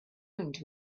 owned